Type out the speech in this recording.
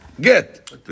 get